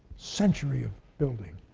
century of building.